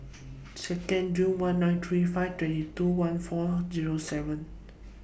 Second June one nine three five twenty two one four Zero seven